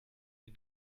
den